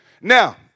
Now